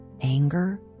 anger